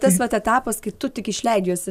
tas vat etapas kai tu tik išleidi juos į